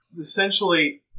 essentially